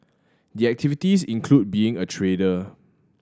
the activities include being a trader